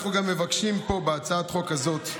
אנחנו גם מבקשים פה, בהצעת החוק הזאת,